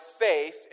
faith